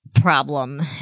problem